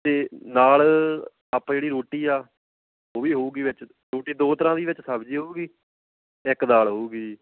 ਅਤੇ ਨਾਲ ਆਪਾਂ ਜਿਹੜੀ ਰੋਟੀ ਆ ਉਹ ਵੀ ਹੋਊਗੀ ਵਿੱਚ ਰੋਟੀ ਦੋ ਤਰ੍ਹਾਂ ਦੀ ਵਿੱਚ ਸਬਜ਼ੀ ਹੋਊਗੀ ਇੱਕ ਦਾਲ ਹੋਊਗੀ ਜੀ